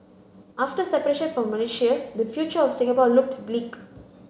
after separation from Malaysia the future of Singapore looked bleak